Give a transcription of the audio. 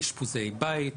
אשפוזי בית,